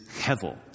hevel